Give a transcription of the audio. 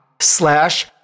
slash